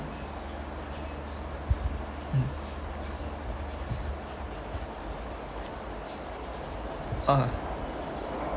mm ah